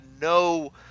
no